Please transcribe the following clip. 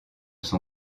son